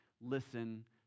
listen